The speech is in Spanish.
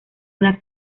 una